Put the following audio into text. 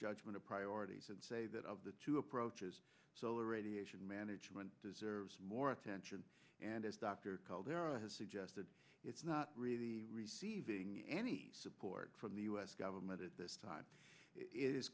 judgement of priorities and say that of the two approaches solar radiation management deserves more attention and as dr caldera has suggested it's not really receiving any support from the us government at this time i